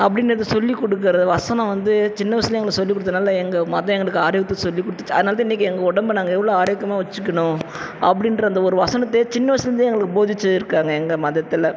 அப்படின்ங்கறத சொல்லிக்கொடுக்குற வசனம் வந்து சின்ன வயசில் எங்களுக்கு சொல்லி கொடுத்ததுனால எங்கள் மதம் எங்களுக்கு ஆரோக்கியம் சொல்லி கொடுத்துச்சு அதனால் தான் இன்றைக்கி எங்கள் உடம்ப நாங்கள் எவ்வளோ ஆரோக்கியமாக வச்சுக்கணும் அப்படின்ற அந்த ஒரு வசனத்தையே சின்ன வயசில் இருந்தே எங்களுக்கு போதித்து இருக்காங்க எங்கள் மதத்தில்